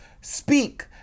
speak